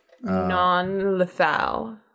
non-lethal